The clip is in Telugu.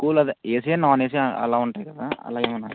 స్కూల్ అదే ఏసీ ఆ నాన్ ఏసీ ఆ అలా ఉంటయి కదా అలా ఏమైనా